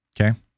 Okay